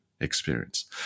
experience